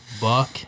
Buck